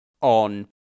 on